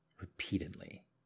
repeatedly